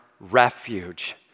refuge